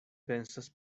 pensas